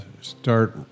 start